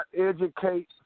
educate